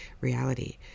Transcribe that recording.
reality